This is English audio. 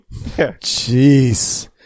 Jeez